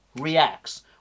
reacts